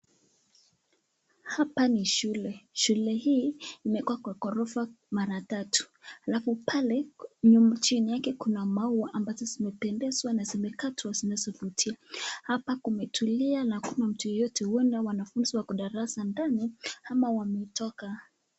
Hapa ni shule. Shule hii imeekwa kwa ghorofa mara tatu alafu pale chini yake kuna maua ambazo zimependezwa na zimekatwa zinazovutia. Hapa kumetulia na hakuna mtu yeyote, huenda wanafunzi wako darasa ndani ama wametoka.